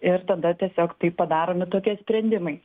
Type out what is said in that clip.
ir tada tiesiog taip padaromi tokie sprendimai